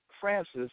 Francis